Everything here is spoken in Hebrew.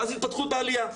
ואז התפתחות בעלילה.